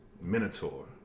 minotaur